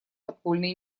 подпольной